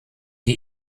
die